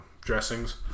dressings